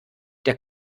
der